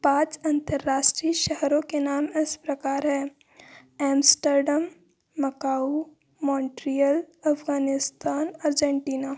पाँच अंतरराष्ट्रीय शहरों के नाम इस प्रकार हैं Amsterdam Macau Montreal Afghanistan Argentina